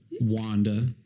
Wanda